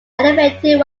elevated